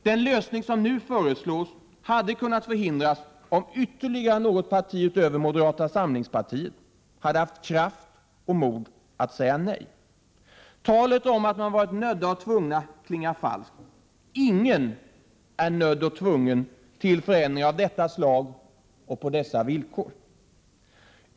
Den lösning som nu föreslås hade kunnat förhindras om ytterligare något parti utöver moderata samlingspartiet hade haft kraft och mod att säga nej. Talet om att man varit nödd och tvungen klingar falskt. Ingen är nödd och tvungen till förändringar av detta slag och på dessa villkor.